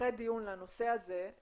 לייחד דיון לנושא הזה.